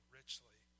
richly